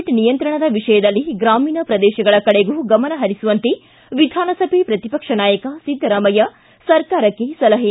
ಿ ಕೋವಿಡ್ ನಿಯಂತ್ರಣದ ವಿಷಯದಲ್ಲಿ ಗ್ರಾಮೀಣ ಪ್ರದೇಶಗಳ ಕಡೆಗೂ ಗಮನಹರಿಸುವಂತೆ ವಿಧಾನಸಭೆ ಪ್ರತಿಪಕ್ಷ ನಾಯಕ ಸಿದ್ದರಾಮಯ್ಯ ಸರ್ಕಾರಕ್ಕೆ ಸಲಹೆ